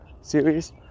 series